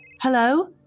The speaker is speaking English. hello